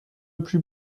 plus